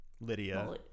Lydia